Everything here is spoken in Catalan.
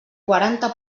quaranta